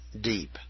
deep